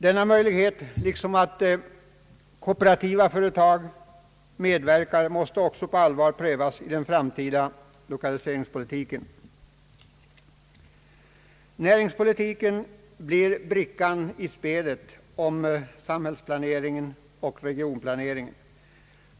Denna möjlighet, liksom att kooperativa företag medverkar, måste också på allvar prövas vid den framtida lokaliseringspolitiken. Näringspolitiken blir brickan i spelet om riksplanering och regionplanering.